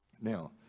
Now